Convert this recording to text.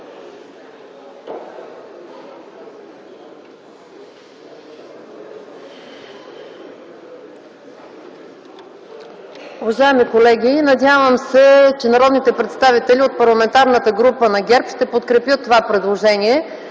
Уважаеми колеги, надявам се, че народните представители от Парламентарната група на ГЕРБ ще подкрепят това предложение,